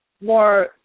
more